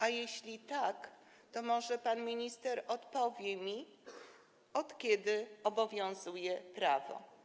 A jeśli tak, to może pan minister odpowie mi, od kiedy obowiązuje prawo?